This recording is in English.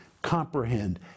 comprehend